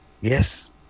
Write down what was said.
yes